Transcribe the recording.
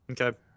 okay